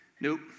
Nope